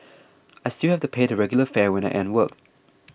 I still have to pay the regular fare when I end work